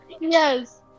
Yes